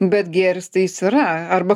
bet gėris tai jis yra arba